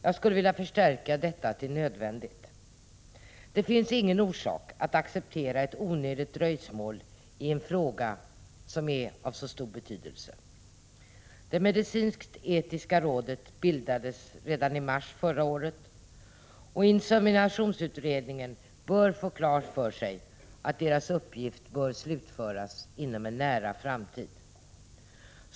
Jag skulle vilja förstärka detta till ”nödvändigt”. Det finns ingen orsak att acceptera ett onödigt dröjsmål i en fråga som är av så stor betydelse. Det medicinsk-etiska rådet bildades redan i mars förra året, och inseminations utredningen bör få klart för sig att dess uppgift bör slutföras inom en nära framtid.